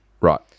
Right